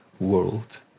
world